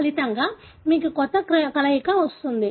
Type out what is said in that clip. ఫలితంగా మీకు కొత్త కలయిక వస్తుంది